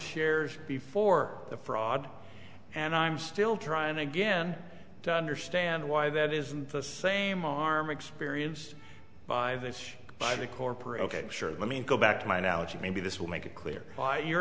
shares before the fraud and i'm still trying again to understand why that isn't the same arm experienced by this by the corporate ok sure let me go back to my analogy maybe this will make it clear why your